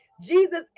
Jesus